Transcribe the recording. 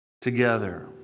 together